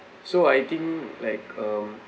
so I think like um